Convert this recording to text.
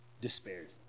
despaired